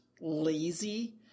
lazy